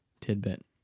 tidbit